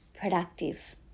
productive